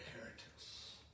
inheritance